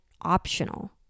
optional